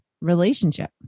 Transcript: relationship